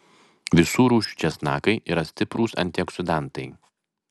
visų rūšių česnakai yra stiprūs antioksidantai